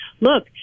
look